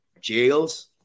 jails